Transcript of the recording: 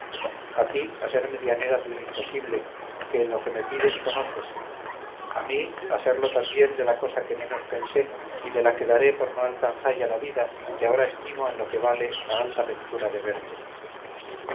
a ti a ser medianera de un imposible que en lo que me pides conoces a mí a serlo también de la cosa que menos pensé y de la que daré por no alcanzalla la vida que ahora estimo en lo que vale la alta ventura de verte